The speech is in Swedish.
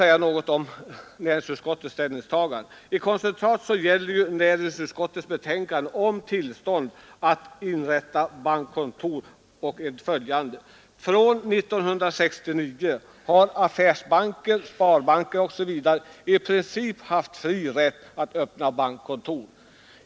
Så till näringsutskottets ställningstagande! I koncentrat gäller näringsutskottets betänkande om tillstånd att inrätta bankkontor följande. Från 1969 har affärsbanker, sparbanker osv. i princip haft fri rätt att öppna bankkontor.